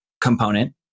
component